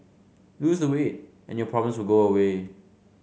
lose the weight and your problems will go away